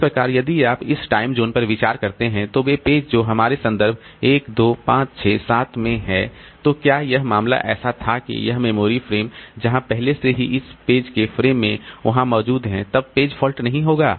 इस प्रकार यदि आप इस टाइम जोन पर विचार करते हैं तो वे पेज जो हमारे संदर्भ 1 2 5 6 7 में हैं तो क्या यह मामला ऐसा था कि यह मेमोरी फ्रेम जहां पहले से ही इस पेज के फ्रेम में वहां मौजूद है तब पेज फॉल्ट नहीं होगा